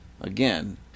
again